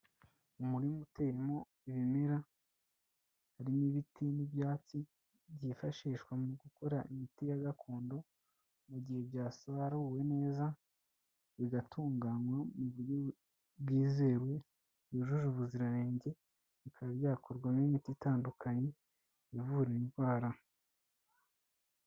Umuririma uteyemo ibimera, harimo ibiti n'ibyatsi, byifashishwa mu gukora imiti ya gakondo, mu gihe byasaruwe neza, bigatunganywa mu buryo bwizewe bwujuje ubuziranenge, bikaba byakorwamo imiti itandukanye, ivura indwara.